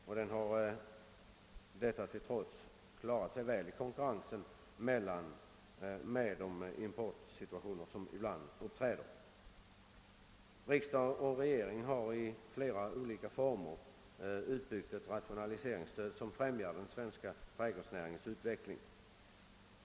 Hittills har den dock klarat sig bra i konkurrensen trots de importsituationer som ibland uppstår. Riksdagen och regeringen har i olika former byggt ut ett rationaliseringsstöd som främjar den svenska trädgårdsnäringens utveckling.